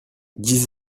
dix